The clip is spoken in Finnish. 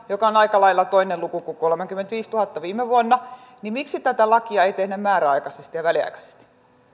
mikä on aika lailla toinen luku kuin kolmekymmentäviisituhatta viime vuonna niin miksi tätä lakia ei tehdä määräaikaisesti ja väliaikaisesti